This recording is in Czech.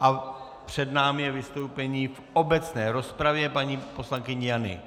A před námi je vystoupení v obecné rozpravě paní poslankyně Jany